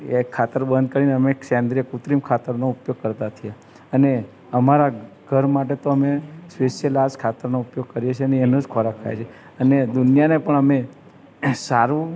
એ ખાતર બંધ કરીને અમે સેંદ્રિય કૃત્રિમ ખાતરનો ઉપયોગ કરતા થયા અને અમારા ઘર માટે તો અમે સ્પેશિયલ આ જ ખાતરનો ઉપયોગ કરીએ છીએ ને એનો જ ખોરાક ખાઈએ છીએ અને દુનિયાને પણ અમે સારું